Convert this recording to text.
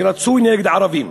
ורצוי נגד ערבים,